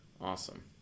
Awesome